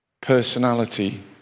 personality